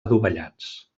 adovellats